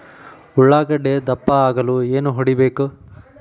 ಉಳ್ಳಾಗಡ್ಡೆ ದಪ್ಪ ಆಗಲು ಏನು ಹೊಡಿಬೇಕು?